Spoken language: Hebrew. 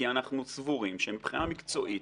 כי אנחנו סבורים שמבחינה מקצועית